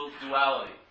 duality